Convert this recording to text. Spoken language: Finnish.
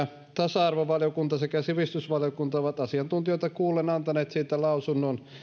tasa arvovaliokunta sekä sivistysvaliokunta ovat asiantuntijoita kuullen antaneet siitä lausunnon